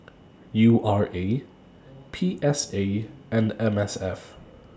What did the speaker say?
U R A P S A and M S F